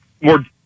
more